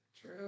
True